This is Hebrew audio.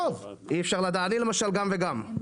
אי אפשר לדעת, אני למשל גם וגם.